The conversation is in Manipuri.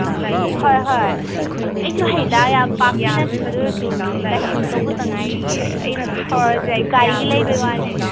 ꯍꯣꯏ ꯍꯣꯏ ꯑꯩꯁꯨ ꯍꯩꯗ ꯌꯥꯝ ꯄꯥꯛꯇꯤ ꯅꯠꯇꯦ ꯑꯗꯨ ꯑꯣꯏꯔꯁꯨ ꯂꯥꯏꯁꯦꯟꯁ ꯂꯧꯕꯇ ꯉꯥꯏꯔꯤꯌꯦ ꯑꯩꯅ ꯑꯗꯨꯝ ꯊꯧꯔꯁꯨ ꯌꯥꯏ ꯒꯥꯔꯤꯒ ꯂꯩꯕꯒꯤ ꯋꯥꯅꯤ